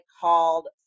called